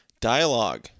Dialogue